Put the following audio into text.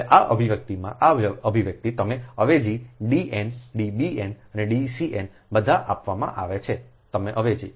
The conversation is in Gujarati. હવે આ અભિવ્યક્તિમાંઆ અભિવ્યક્તિ તમે અવેજી D એન D બીએન અને D સીએન બધા આપવામાં આવી છે તમે અવેજી